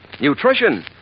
Nutrition